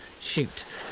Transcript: shoot